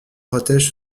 protège